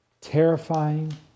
terrifying